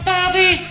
Bobby